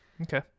Okay